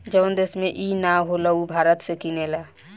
जवन देश में ई ना होला उ भारत से किनेला